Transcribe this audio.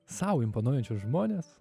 sau imponuojančius žmones